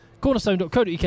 cornerstone.co.uk